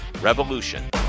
revolution